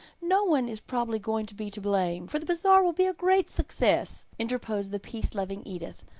no one is probably going to be to blame, for the bazaar will be a great success, interposed the peace-loving edith.